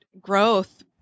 growth